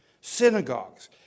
synagogues